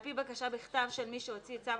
על פי בקשה בכתב של מי שהוציא את צו